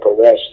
arrest